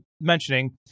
mentioning